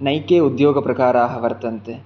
अनेके उद्योगप्रकाराः वर्तन्ते